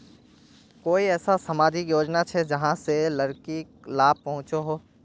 कोई ऐसा सामाजिक योजना छे जाहां से लड़किक लाभ पहुँचो हो?